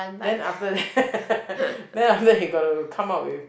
then after that then after that you got to come out with